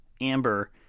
Amber